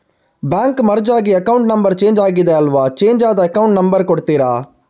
Bank merge ಆಗಿ account number change ಆಗಿದೆ ಅಲ್ವಾ, ಚೇಂಜ್ ಆದ ಅಕೌಂಟ್ ನಂಬರ್ ಕೊಡ್ತೀರಾ?